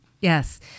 yes